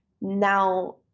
now